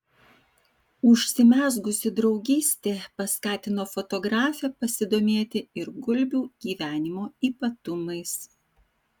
užsimezgusi draugystė paskatino fotografę pasidomėti ir gulbių gyvenimo ypatumais